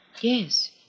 Yes